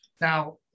Now